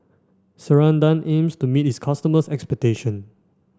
Ceradan aims to meet its customers' expectation